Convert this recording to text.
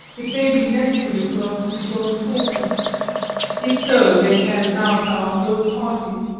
it may be necessary for us to join forces if so they can mount our whole party.